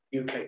UK